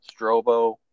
Strobo